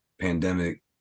pandemic